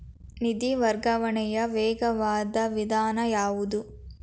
ನಿಧಿ ವರ್ಗಾವಣೆಯ ವೇಗವಾದ ವಿಧಾನ ಯಾವುದು?